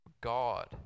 God